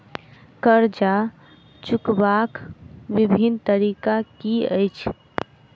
कर्जा चुकबाक बिभिन्न तरीका की अछि?